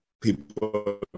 people